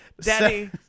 Daddy